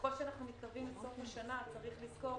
ככל שאנחנו מתקרבים לסוף השנה צריך לזכור